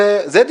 זה הריגה.